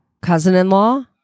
Cousin-in-law